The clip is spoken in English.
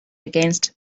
against